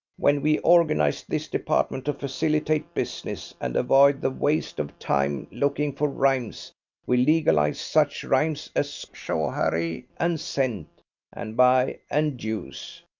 when we organised this department to facilitate business and avoid the waste of time looking for rhymes we legalised such rhymes as schoharie and cent and by and deuce.